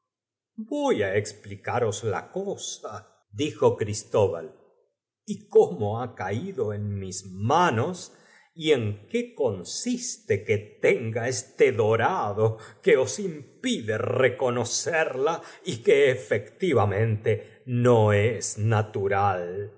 voy explica ros la cosa dijo cristobal y cómo ha caído en mis manos y en qué consi te que tenga esto dorado que os impide reconocerla y que ufectivamentc no es natutal